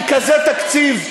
עם כזה תקציב,